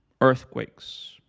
earthquakes